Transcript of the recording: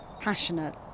passionate